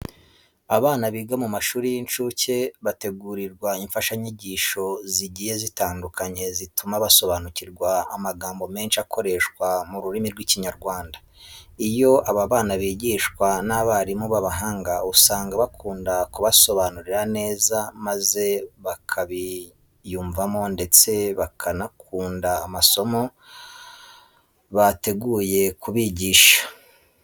Abana biga mu mashuri y'incuke bategurirwa imfashanyigisho zigiye zitandukanye zituma basobanukirwa amagambo menshi akoreshwa mu rurimi rw'Ikinyarwanda. Iyo aba bana bigishwa n'abarimu b'abahanga usanga bakunda kubasobanurira neza maze bakabiyumvamo ndetse bakanakunda amasomo baba bateguye kubigisha.